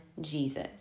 Jesus